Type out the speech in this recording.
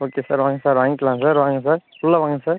okay sir வாங்க sir வாங்கிக்கலாம் sir வாங்க சார் உள்ளே வாங்க சார்